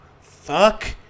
Fuck